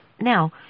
Now